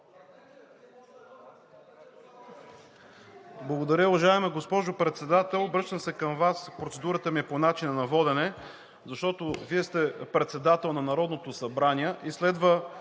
Благодаря. Уважаема госпожо Председател, обръщам се към Вас. Процедурата ми е по начина на водене, защото Вие сте председател на Народното събрание